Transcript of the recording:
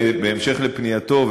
בהמשך לפנייתו,